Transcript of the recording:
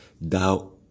thou